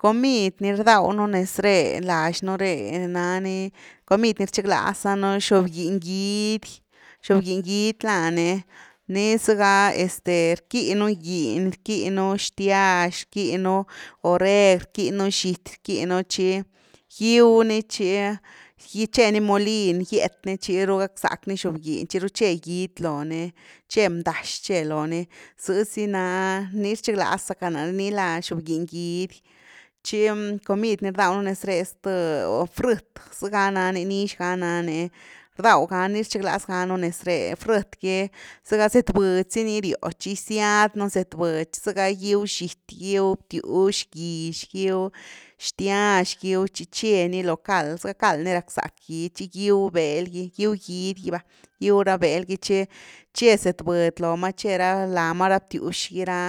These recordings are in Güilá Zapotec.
Comid ni rdaw nú nez re, laxnu re nani, comid ni rchiglaza nú xobginy gidy, xobginy gidy lá ni ni zëga, este rquí nú giny, rquí nú xtiax, rquí nú oreg, rquí nú xity, rquí nú tchi gi´w ni tchi tche ni molin, gyet ni tchiru gackzack ni xobginy, tchiru che gidy lo ni tche bndax tche lo ni, zëzy na, ni rchiglas zacka nare, ni la xobginy gidy, tchi comid ni rdaw nú nez re zth frït zëga nix ga nani, rdaw ga ni rchiglaz nú nez re, frït gy, zëga zëtbudy zy ni ryo tchi giziad nú zëtbudy tchi zëga giw xity, giw btiwx gix, giw xtiax giw, tchi cheni lo cald, za cald ni rackzack gidy, tchi gyw b´+el gy, gíw gidy gy va, giw ra bel gy tchi tche zëtbudy lo ma tche ra lá ma, ra btiwx gy ra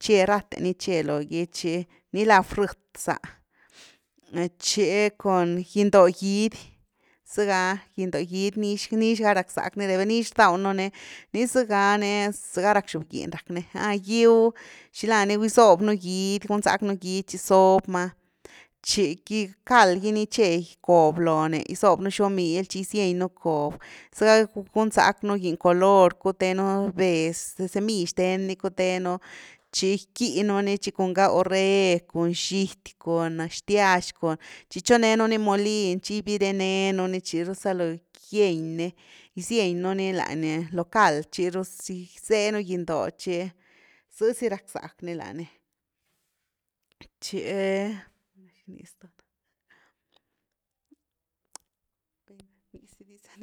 tche rathe ni tchelogy tchi ni la frït za, tchi cun gindo gidy, zega nix ga rackzack ni nix rdaw nú ni, nii zega ni, zega rack xobginy rack ni, giw xila ni, gisob nú gidy, gunzacknu gidy, tchi zob ma tchi qui cald gy ni tche cob ló ni, gysob nú xomily tchi gysieynú cob zëga gun zack nú giny color cuthe nu bez, semill xthen ni cuthe nu tchi giki nú ni tchi cun ga oreg, cun xity, cun xtyax cun tchi chonenu ni molin tchi gibire’nenu ni, tchiru zalo gieñ ni, gisieñ nu ni lany, lo cald tchiru gizee nú giny-ndo chi zëzy rack zack ni lá ni, tchi ¿xini zth na?, nizy diz.